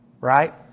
Right